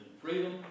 freedom